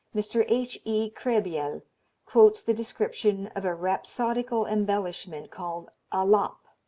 mr. h. e. krehbiel quotes the description of a rhapsodical embellishment, called alap,